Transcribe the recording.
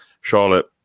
Charlotte